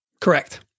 Correct